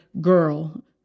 girl